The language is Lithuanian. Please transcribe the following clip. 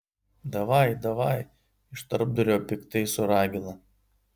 davai davaj iš tarpdurio piktai suragina